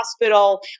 hospital